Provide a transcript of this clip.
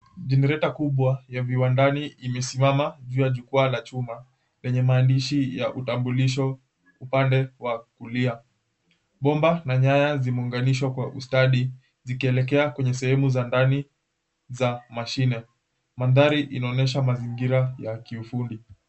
Jenereta kubwa ya viwandani imesimama juu ya jukwaa la chuma, lenye maandishi ya utambulisho upande wa kulia. Bomba na nyaya zimeunganishwa kwa ustadi zikielekea kwenye sehemu za ndani za mashine . Mandhari inaonyesha mazingira ya kiufundi.